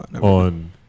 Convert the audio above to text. on